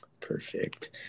Perfect